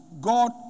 God